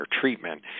treatment